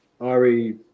Ari